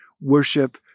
worship